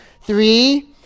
Three